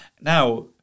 Now